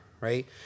right